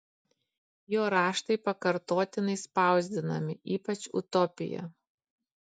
jo raštai pakartotinai spausdinami ypač utopija